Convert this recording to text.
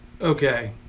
Okay